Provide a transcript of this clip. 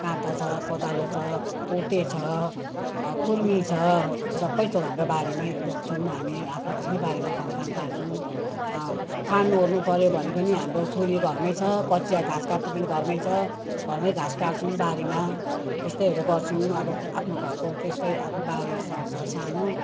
काँटा छ कोदालो छ कुटे छ खुर्मी छ सबै थोक हाम्रो बारीमै रोप्छौँ हामी आफ्नै आफ्नै बारीमा खनखान पार्छौँ पार्नुओर्नु पऱ्यो भने पनि हाम्रो छुरी घरमै छ कँचिया घाँस काट्नु पनि घरमै छ घरमै घाँस काट्छौँ बारीमा त्यस्तैहरू गर्छौँ अब आफ्नो घरको त्यस्तै अब बारी छ सानो